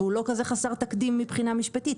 והוא לא כזה חסר תקדים מבחינה משפטית,